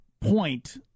point